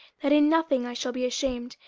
that in nothing i shall be ashamed,